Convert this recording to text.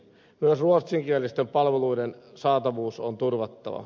myös ruotsinkielisten palveluiden saatavuus on turvattava